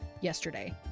yesterday